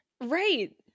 Right